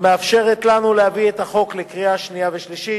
המאפשרת לנו להביא את החוק לקריאה שנייה ושלישית.